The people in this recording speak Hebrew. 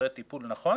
אחרי טיפול נכון